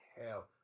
hell